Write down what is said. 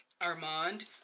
Armand